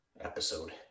episode